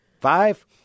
Five